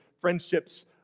friendships